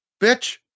Bitch